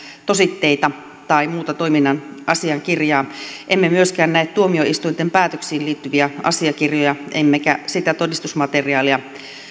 tositteita tai muuta toiminnan asiakirjaa emme myöskään näe tuomioistuinten päätöksiin liittyviä asiakirjoja emmekä sitä todistusmateriaalia